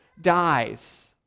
dies